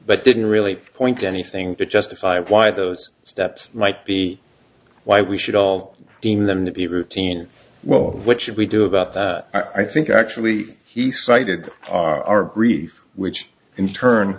but didn't really point to anything to justify why those steps might be why we should all deem them to be routine well what should we do about that i think actually he cited our brief which in turn